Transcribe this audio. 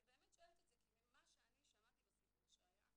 אני שואלת את זה כי ממה שאני שמעתי בסיפור שהיה,